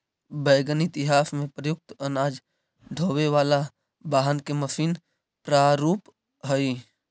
wagon इतिहास में प्रयुक्त अनाज ढोवे वाला वाहन के मशीन प्रारूप हई